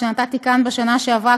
שנתתי כאן בשנה שעברה,